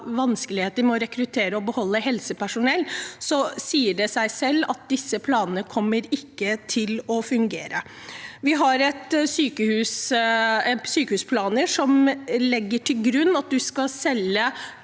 vanskeligheter med å rekruttere og beholde helsepersonell, sier det seg selv at disse planene ikke kommer til å fungere. Det er sykehusplaner som legger til grunn å selge